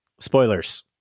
Spoilers